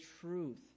truth